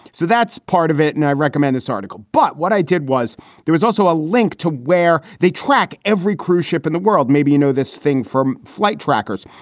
so that's part of it. and i recommend this article. but what i did was there was also a link to where they track every cruise ship in the world. maybe, you know, this thing from flight trackers.